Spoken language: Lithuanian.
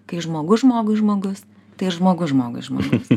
kai žmogus žmogui žmogus tai ir žmogus žmogui žmogus